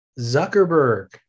zuckerberg